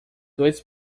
dois